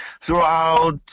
throughout